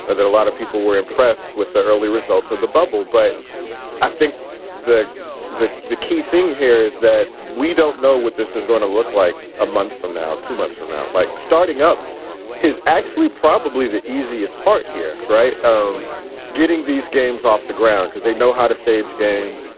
ah there are a lot of people were impressed with the early results of the bubble. but i think the the the key thing here is that we don't know what this is going to look like a month from now, two months from now. like starting up is actually probably the easiest part here, right? um getting these games off the ground because they know how to stage games.